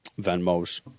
Venmos